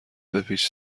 بپیچ